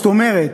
זאת אומרת,